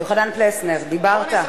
יוחנן פלסנר, דיברת?